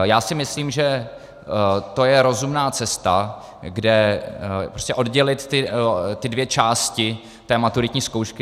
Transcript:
Já si myslím, že to je rozumná cesta, prostě oddělit ty dvě části maturitní zkoušky.